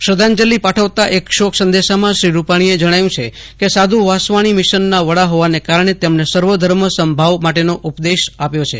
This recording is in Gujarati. શ્રદ્ધાંજલી પાઠવતા એક શોક સંદેશામાં રૂપાણીએ જણાવ્યું છે કે સાધુ વાસવાણી મિશનના વડા હોવાના કારણે તેમણે સર્વ ધર્મ સમભાવ માટેનો ઉપદેશ આપ્યો છે